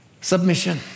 Submission